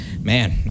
man